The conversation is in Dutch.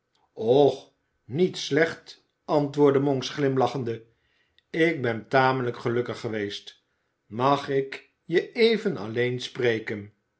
och niet slecht antwoordde monks glimlachende ik ben tamelijk gelukkig geweest mag ik je even alleen spreken